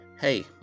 Hey